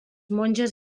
monges